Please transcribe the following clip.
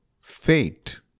Fate